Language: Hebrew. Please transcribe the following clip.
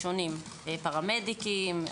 שונים פרמדיקים,